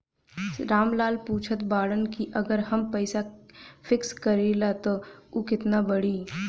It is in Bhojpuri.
राम लाल पूछत बड़न की अगर हम पैसा फिक्स करीला त ऊ कितना बड़ी?